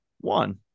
one